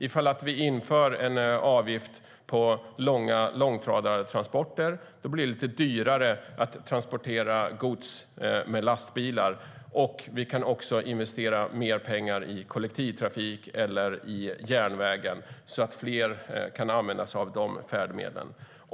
Ifall vi inför en avgift på långa långtradartransporter blir det lite dyrare att transportera gods med lastbilar, och vi kan också investera mer pengar i kollektivtrafik eller i järnvägen, så att fler kan använda sig av de färdmedlen.